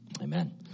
Amen